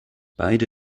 beide